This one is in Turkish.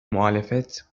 muhalefet